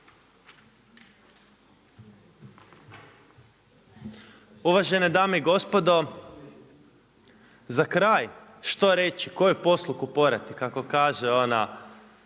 Uvažene dame i gospodo. Za kraj što reći, koju posluku porati kako kaže onaj